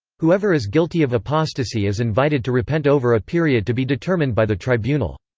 whoever is guilty of apostasy is invited to repent over a period to be determined by the tribunal.